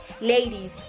Ladies